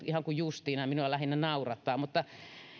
ihan kuin justiina minua lähinnä naurattaa mutta